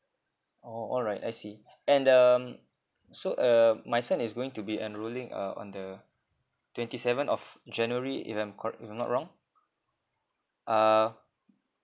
oh all right I see and um so err my son is going to be enrolling uh on the twenty seventh of january if I'm cor~ if I'm not wrong uh